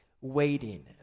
Waiting